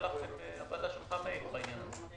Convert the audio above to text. אתמול הוועדה שלחה מייל בעניין.